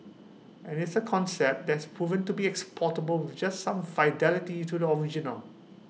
and it's A concept that has proven to be exportable with just some fidelity to the original